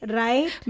right